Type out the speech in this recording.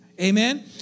Amen